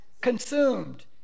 consumed